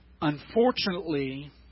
Unfortunately